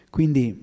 Quindi